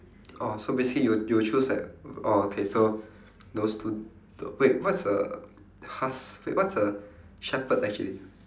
orh so basically you will you will choose like err orh okay so those two wait what's a husk~ wait what's a shepherd actually